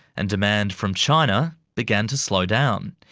and demand from china began to slow down,